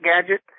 gadget